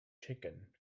chicken